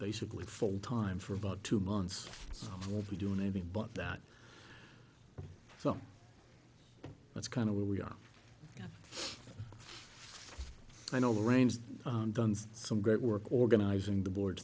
basically full time for about two months will be doing anything but that so that's kind of where we are i know the range of guns some great work organizing the board